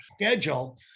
schedule